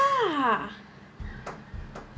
ya